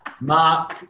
Mark